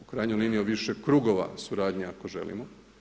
U krajnjoj liniji u više krugova suradnja ako želimo.